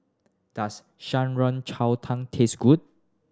does Shan Rui Cai Tang taste good